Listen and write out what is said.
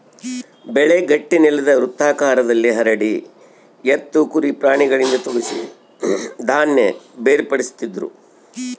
ಬೆಳೆ ಗಟ್ಟಿನೆಲುದ್ ವೃತ್ತಾಕಾರದಲ್ಲಿ ಹರಡಿ ಎತ್ತು ಕುರಿ ಪ್ರಾಣಿಗಳಿಂದ ತುಳಿಸಿ ಧಾನ್ಯ ಬೇರ್ಪಡಿಸ್ತಿದ್ರು